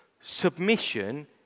submission